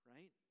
Right